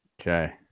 Okay